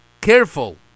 careful